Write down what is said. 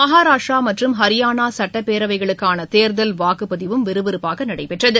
மகாராஷ்ட்டிரா மற்றம் ஹரியானா சட்டப்பேரவைகளுக்கான கேர்கல் வாக்குப்பதிவும் விறுவிறுப்பாக நடைபெற்றது